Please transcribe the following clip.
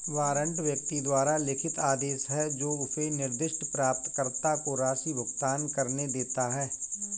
warrant व्यक्ति द्वारा लिखित आदेश है जो उसे निर्दिष्ट प्राप्तकर्ता को राशि भुगतान करने देता है